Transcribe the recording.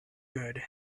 good